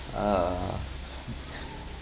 uh